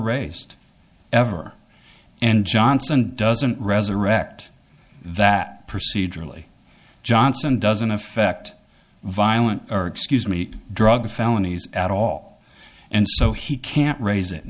raced ever and johnson doesn't resurrect that procedurally johnson doesn't affect violent or excuse me drug felonies at all and so he can't raise it